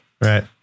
right